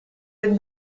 être